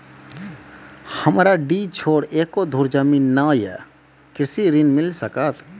हमरा डीह छोर एको धुर जमीन न या कृषि ऋण मिल सकत?